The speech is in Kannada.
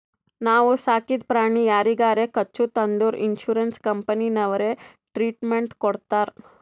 ನಾವು ಸಾಕಿದ ಪ್ರಾಣಿ ಯಾರಿಗಾರೆ ಕಚ್ಚುತ್ ಅಂದುರ್ ಇನ್ಸೂರೆನ್ಸ್ ಕಂಪನಿನವ್ರೆ ಟ್ರೀಟ್ಮೆಂಟ್ ಕೊಡ್ತಾರ್